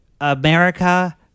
America